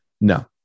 No